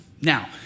Now